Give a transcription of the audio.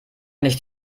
nicht